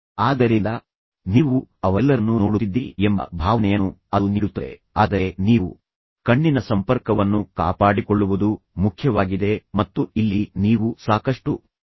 ಆದ್ದರಿಂದ ನೀವು ಅವರೆಲ್ಲರನ್ನೂ ನೋಡುತ್ತಿದ್ದೀರಿ ಎಂಬ ಭಾವನೆಯನ್ನು ಅದು ನೀಡುತ್ತದೆ ಆದರೆ ನೀವು ಕಣ್ಣಿನ ಸಂಪರ್ಕವನ್ನು ಕಾಪಾಡಿಕೊಳ್ಳುವುದು ಮುಖ್ಯವಾಗಿದೆ ಮತ್ತು ಇಲ್ಲಿ ನೀವು ಸಾಕಷ್ಟು ಧೈರ್ಯವನ್ನು ಬೆಳೆಸಿಕೊಳ್ಳಬೇಕು